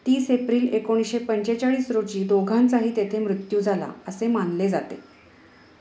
तीस एप्रिल एकोणीशे पंचेचाळीस रोजी दोघांचाही तेथे मृत्यू झाला असे मानले जाते